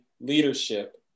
leadership